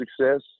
success